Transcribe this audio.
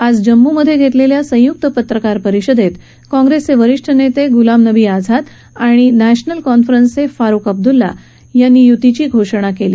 आज जम्मूमध्ये घेतलेल्या संयुक्त पत्रकार परिषदेत काँग्रेसचे वरीष्ठ नेते गुलाम नबी आजाद आणि नॅशनल कॉन्फ्ररन्सचे फारूक अब्दुल्ला यांनी युतीची घोषणा केली